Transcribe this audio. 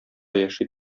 яши